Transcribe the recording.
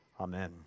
Amen